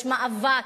יש מאבק,